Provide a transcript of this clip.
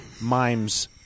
mimes